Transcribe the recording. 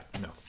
no